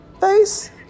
face